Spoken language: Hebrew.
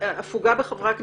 הפוגה בחברי הכנסת.